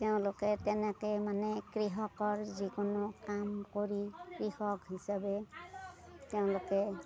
তেওঁলোকে তেনেকে মানে কৃষকৰ যিকোনো কাম কৰি কৃষক হিচাপে তেওঁলোকে